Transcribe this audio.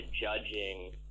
judging